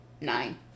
Nine